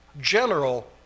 general